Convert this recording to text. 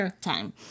time